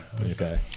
okay